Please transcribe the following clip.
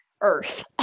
earth